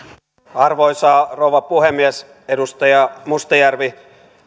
arvoisa rouva puhemies edustaja mustajärvi